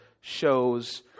shows